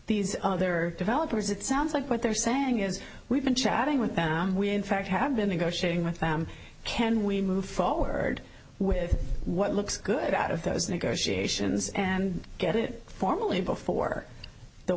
these other developers it sounds like what they're saying is we've been chatting with them we in fact have been negotiating with them can we move forward with what looks good out of those negotiations and get it formally before the